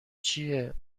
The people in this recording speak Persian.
چیه